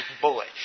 bullet